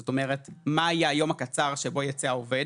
זאת אומרת: מה יהיה היום הקצר שבו ייצא העובד,